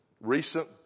recent